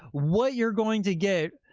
what you're going to get,